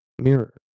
Mirror